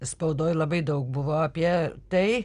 spaudoj labai daug buvo apie tai